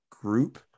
Group